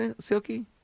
Silky